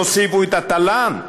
תוסיפו את התל"ן,